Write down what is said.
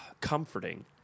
comforting